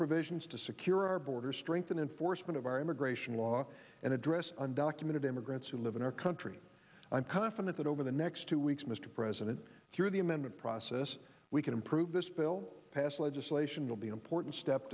provisions to secure our borders strengthen enforcement of our immigration law and address undocumented immigrants who live in our country i'm confident that over the next two weeks mr president through the amendment process we can improve this bill pass legislation will be important step